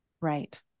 Right